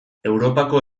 europako